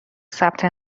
ثبت